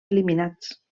eliminats